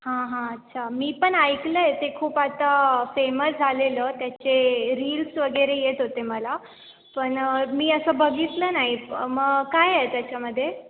हां हां अच्छा मी पण ऐकलं आहे ते खूप आता फेमस झालेलं त्याचे रील्स वगैरे येत होते मला पण मी असं बघितलं नाही मग काय त्याच्यामध्ये